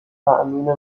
تأمین